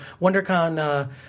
WonderCon